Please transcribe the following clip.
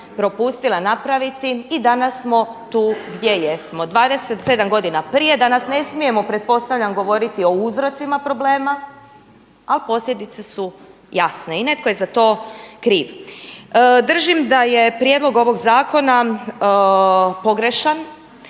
propustila napraviti i danas smo tu gdje jesmo. 27 godina prije danas ne smijemo pretpostavljam o uzrocima problema, ali posljedice su jasne i netko je za to kriv. Držim da je prijedlog ovoga zakona pogrešan